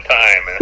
time